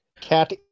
Cat